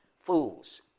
fools